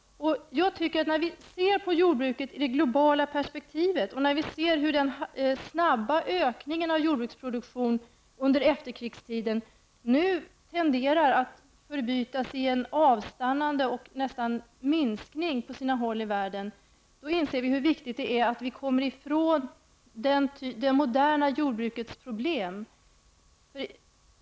När vi ser på jordbruket i det globala perspektivet och ser hur den snabba ökningen av jordbruksproduktionen under efterkrigstiden nu tenderar att förbytas i ett avstannande eller nästan en minskning på sina håll i världen, inser vi hur viktigt det är att vi kommer i från det moderna jordbrukets problem.